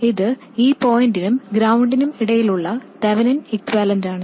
ഇത് ഈ പോയിന്റിനും ഗ്രൌണ്ടിനും ഇടയിലുള്ള തെവെനിൻ ഇക്യുവാലെൻറാണ്